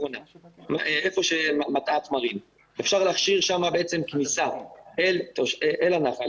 שם אפשר להכניס כניסה אל הנחל.